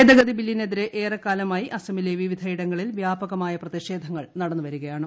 ഭേദഗതി ബില്ലിനെതിരെ ഏറെക്കാലമായി അസമിലെ വിവിധയിടങ്ങളിൽ വ്യാപകമായ പ്രതിഷേധങ്ങൾ നടന്നുവരികയാണ്